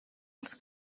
els